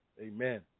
Amen